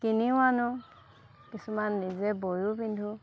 কিনিও আনো কিছুমান নিজে বয়ো পিন্ধোঁ